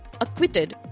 acquitted